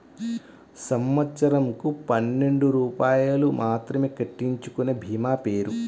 సంవత్సరంకు పన్నెండు రూపాయలు మాత్రమే కట్టించుకొనే భీమా పేరు?